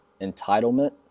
entitlement